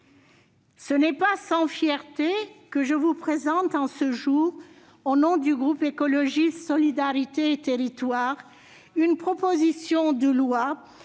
Ce n'est pas sans fierté que je vous présente ce jour, au nom du groupe Écologiste - Solidarité et Territoires, une proposition de loi